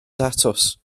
datws